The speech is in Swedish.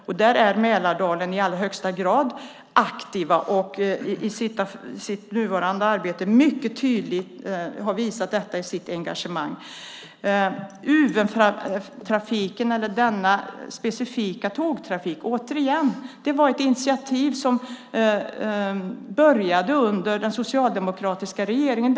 Där är man i Mälardalen i allra högsta grad aktiva och har mycket tydligt visat detta i sitt engagemang och nuvarande arbete. När det gäller den specifika Uventrafiken var det ett initiativ som påbörjades under den socialdemokratiska regeringen.